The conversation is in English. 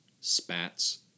spats